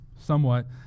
somewhat